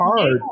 hard